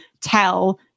tell